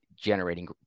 generating